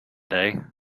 day